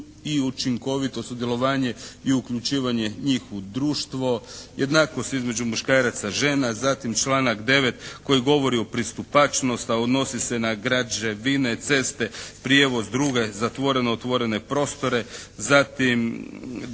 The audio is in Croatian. i učinkovito sudjelovanje i uključivanje njih u društvo, jednakost između muškaraca, žena. Zatim članak 9. koji govori o pristupačnost, a odnosi se na građevine, ceste, prijevoz, druge zatvorene, otvorene prostore. Zatim,